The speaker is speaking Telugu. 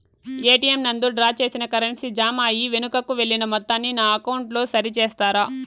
ఎ.టి.ఎం నందు డ్రా చేసిన కరెన్సీ జామ అయి వెనుకకు వెళ్లిన మొత్తాన్ని నా అకౌంట్ లో సరి చేస్తారా?